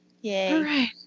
yay